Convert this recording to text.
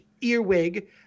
Earwig